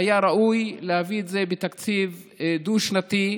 והיה ראוי להביא את זה בתקציב דו-שנתי,